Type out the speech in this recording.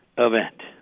event